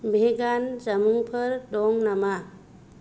भेगान जामुंफोर दं नामा